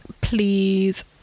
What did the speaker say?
Please